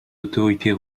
autorités